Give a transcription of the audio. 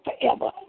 forever